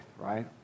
right